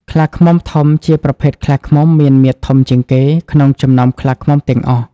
ខ្លាឃ្មុំធំជាប្រភេទខ្លាឃ្មុំមានមាឌធំជាងគេ ក្នុងចំណោមខ្លាឃ្មុំទាំងអស់។